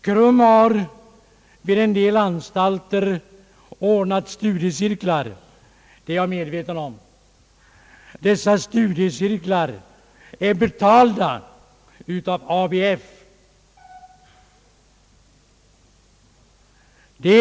Jag är medveten om att KRUM har anordnat studiecirklar vid en del anstalter, men dessa är betalda av ABF.